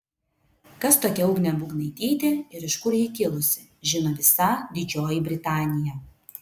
kas tokia yra ugnė bubnaitytė ir iš kur ji kilusi žino visa didžioji britanija